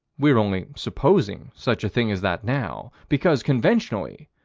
we're only supposing such a thing as that now, because, conventionally,